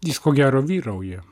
jis ko gero vyrauja